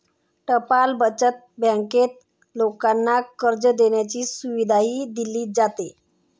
टपाल बचत बँकेत लोकांना कर्ज देण्याची सुविधाही दिली जाते